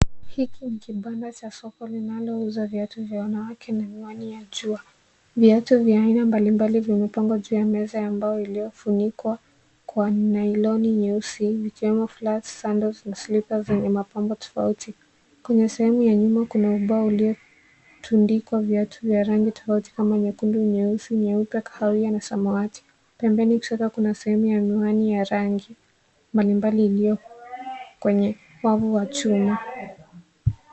Hiki ni kibanda cha soko linalouza viatu vya wanawake na miwani ya jua. Viatu vya aina mbalimbali vimepangwa juu ya meza ya mbao iliyofunikwa kwa nailoni nyeusi vikiwemo flats, sandals na slippers zenye mapambo tofauti. Kwenye sehemu ya nyuma kuna ubao uliotundikwa viatu vya rangi tofauti kama nyekundu, nyeusi, kahawia na samawati. Pembeni kushoto kuna sehemu ya miwani ya rangi mbalimbali iliyo kwenye wavu wa chuma.